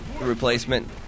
replacement